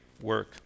work